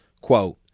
Quote